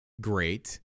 great